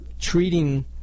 treating